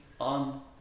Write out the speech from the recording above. on